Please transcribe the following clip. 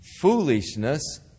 foolishness